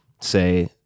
say